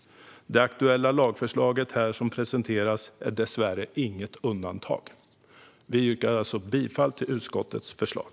Det aktuella lagförslag som här presenteras är dessvärre inget undantag. Vi yrkar alltså bifall till utskottets förslag.